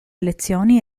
elezioni